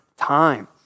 time